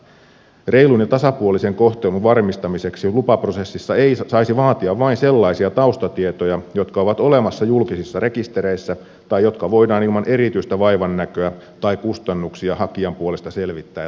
reilun ja tasapuolisen kohtelun varmistamiseksi lupaprosessissa saisi vaatia vain sellaisia taustatietoja jotka ovat olemassa julkisissa rekistereissä tai jotka voidaan ilman erityistä vaivannäköä tai kustannuksia hakijan puolesta selvittää ja toimittaa viranomaisille